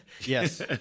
Yes